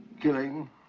killing